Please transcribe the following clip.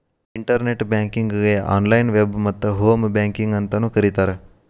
internet ಬ್ಯಾಂಕಿಂಗಗೆ online web ಮತ್ತ home banking ಅಂತಾನೂ ಕರಿತಾರ